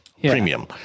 premium